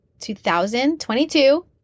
2022